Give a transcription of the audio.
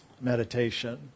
meditation